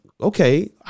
okay